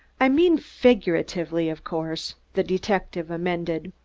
i mean figuratively, of course, the detective amended.